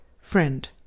Friend